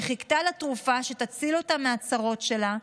שחיכתה לתרופה שתציל אותה מהצרות שלה,